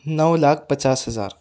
نو لاکھ پچاس ہزار